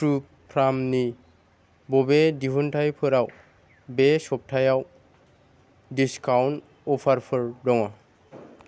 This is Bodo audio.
त्रु फ्रामनि बबे दिहुनथाइफोराव बे सबथायाव डिसकाउन्ट अफारफोर दङ